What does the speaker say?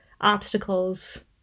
obstacles